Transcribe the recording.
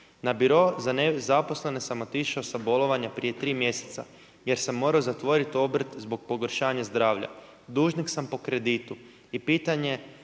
Na biro za nezaposlene sam otišao sa bolovanja prije tri mjeseca jer sam morao zatvoriti obrt zbog pogoršanja zdravlja. Dužnik sam po kreditu i pitanje je